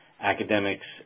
academics